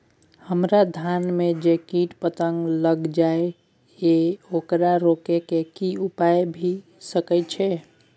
हमरा धान में जे कीट पतंग लैग जाय ये ओकरा रोके के कि उपाय भी सके छै?